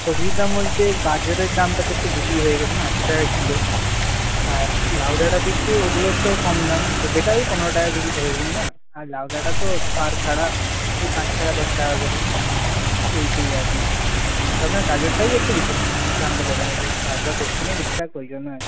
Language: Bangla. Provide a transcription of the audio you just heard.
সবজির দাম বলতে গাজরের দামটা তো একটু বেশি হয়ে গেছে না আশি টাকা কিলো আর লাউডাঁটা ওগুলো তো কম দাম পেঁপেটা ওই পনেরো টাকা কেজি ধরে নিন না আর লাউডাঁটা তো পার খাড়া ওই পাঁচ টাকা দশ টাকা করে এইটুকুই আর কি তবে গাজরটাই যা একটু বেশি দামটা বেড়ে গেছে চাষবাস হচ্ছে না ঠিকঠাক ওইজন্য আর